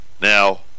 Now